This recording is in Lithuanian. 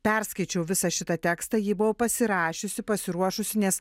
perskaičiau visą šitą tekstą jį buvau pasirašiusi pasiruošusi nes